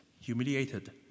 humiliated